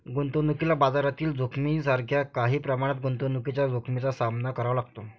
गुंतवणुकीला बाजारातील जोखमीसारख्या काही प्रमाणात गुंतवणुकीच्या जोखमीचा सामना करावा लागतो